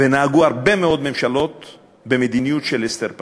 ונהגו הרבה מאוד ממשלות במדיניות של הסתר פנים.